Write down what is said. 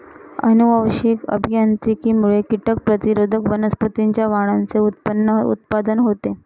अनुवांशिक अभियांत्रिकीमुळे कीटक प्रतिरोधक वनस्पतींच्या वाणांचे उत्पादन होते